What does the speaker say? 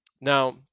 now